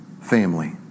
family